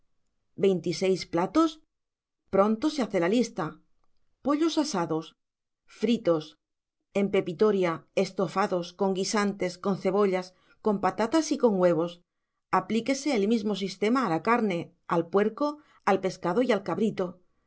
veintiséis platos pronto se hace la lista pollos asados fritos en pepitoria estofados con guisantes con cebollas con patatas y con huevos aplíquese el mismo sistema a la carne al puerco al pescado y al cabrito